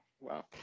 Wow